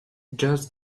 just